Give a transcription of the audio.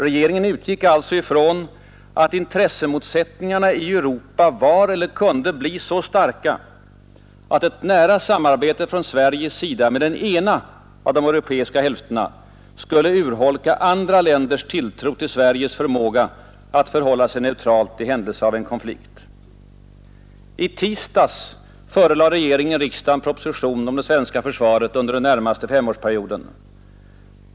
Regeringen utgick alltså ifrån, att intressemotsättningarna i Europa var eller kunde bli så starka, att ett nära samarbete från Sveriges sida med den ena av de europeiska hälfterna skulle urholka andra länders tilltro till Sveriges förmåga att förhålla sig neutralt i händelse av en konflikt. I tisdags förelade regeringen riksdagen proposition om det svenska försvaret under den närmaste femårsperioden.